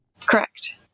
correct